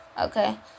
okay